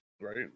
right